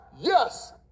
Yes